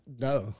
no